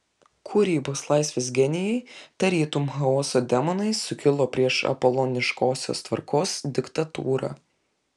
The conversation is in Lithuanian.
kūrybos laisvės genijai tarytum chaoso demonai sukilo prieš apoloniškosios tvarkos diktatūrą